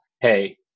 Hey